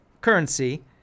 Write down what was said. currency